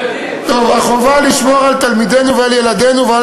החובה לשמור על תלמידינו ועל ילדינו ועל